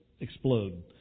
explode